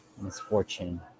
misfortune